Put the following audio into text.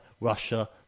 Russia